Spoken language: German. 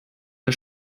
der